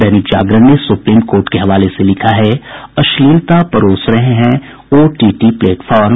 दैनिक जागरण ने supreme court के हवाले से लिखे हैं अश्लीलता परोस रहे हैं ओटीटी प्लेटफार्म